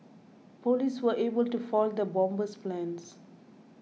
police were able to foil the bomber's plans